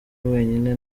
wenyine